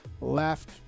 left